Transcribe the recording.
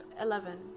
Eleven